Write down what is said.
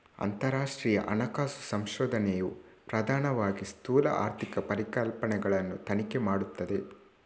ಅಂತರರಾಷ್ಟ್ರೀಯ ಹಣಕಾಸು ಸಂಶೋಧನೆಯು ಪ್ರಧಾನವಾಗಿ ಸ್ಥೂಲ ಆರ್ಥಿಕ ಪರಿಕಲ್ಪನೆಗಳನ್ನು ತನಿಖೆ ಮಾಡುತ್ತದೆ